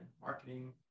marketing